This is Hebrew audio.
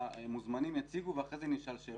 שהמוזמנים יציגו ואחרי זה נשאל שאלות.